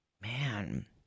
Man